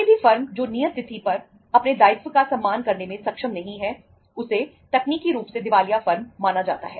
कोई भी फर्म जो नियत तिथि पर अपने दायित्व का सम्मान करने में सक्षम नहीं है उसे तकनीकी रूप से दिवालिया फर्म माना जाता है